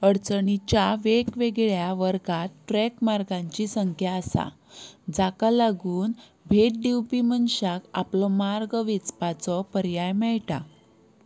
अडचणीच्या वेगवेगळ्या वर्गांत ट्रॅक मार्गांची संख्या आसा जाका लागून भेट दिवपी मनशाक आपलो मार्ग वेंचपाचो पर्याय मेळटा